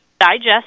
digest